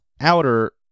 outer